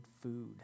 food